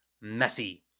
messy